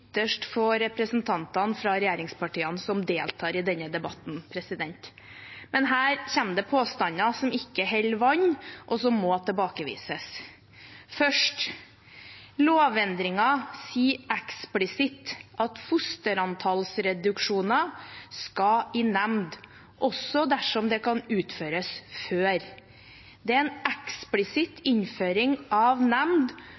ytterst få representantene fra regjeringspartiene som deltar i denne debatten. Men her kommer det påstander som ikke holder vann, og som må tilbakevises. Først: Lovendringen sier eksplisitt at fosterantallsreduksjoner skal i nemnd også dersom det kan utføres før. Det er en eksplisitt innføring av nemnd